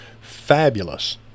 Fabulous